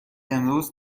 امروز